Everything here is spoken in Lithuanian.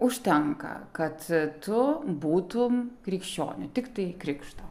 užtenka kad tu būtum krikščioniu tiktai krikšto